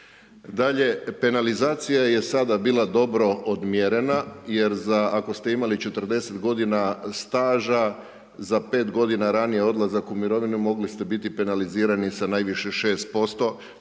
Dalje, penalizacija je sada bila dobro odmjerena jer za, ako ste imali 40 godina staža za 5 godina ranije odlazak u mirovinu mogli ste bili penalizirani sa najviše 6%,